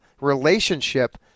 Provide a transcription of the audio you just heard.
relationship